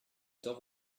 tort